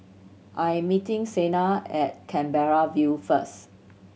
I am meeting Sienna at Canberra View first